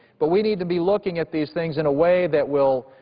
but we need to be looking at these things in a way that will,